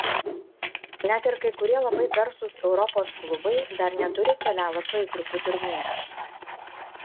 net ir kai kurie labai garsūs europos klubai dar neturi kelialapio į grupių turnyrą